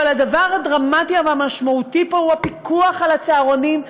אבל הדבר הדרמטי והמשמעותי פה הוא הפיקוח על הצהרונים,